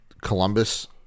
Columbus